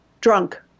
drunk